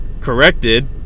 corrected